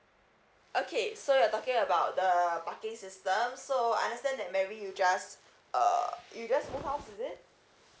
okay so you're talking about the parking system so I understand that mary you just uh you just move house is it